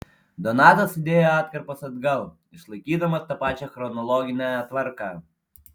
donatas sudėjo atkarpas atgal išlaikydamas tą pačią chronologinę tvarką